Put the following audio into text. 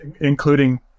including